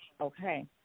Okay